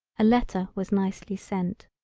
a letter was nicely sent.